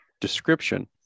description